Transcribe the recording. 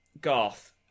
Garth